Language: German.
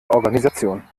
organisation